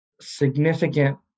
significant